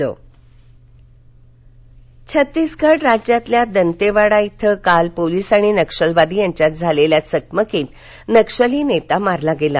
police नक्षल चकमक छत्तीसगड राज्यातल्या दंतेवाडा शि काल पोलीस आणि नक्षलवादी यांच्यात झालेल्या चकमकीत नक्षली नेता मारला गेला